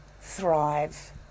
thrive